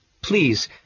please